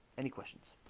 any questions